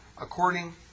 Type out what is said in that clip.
according